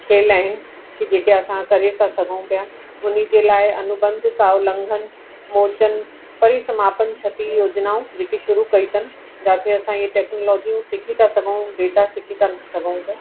खेल आहिनि की जेके असां करे था सघूं पिया उनजे लाइ अनुबंधित आवलंघन मोचनि परिसमापनि क्षति योजनाऊं जेकी शुरू कयूं अथन जिथे असां इहे टेक्नोलॉजियूं सिखी था सघूं डेटा सिखी था सघूं पिया